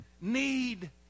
need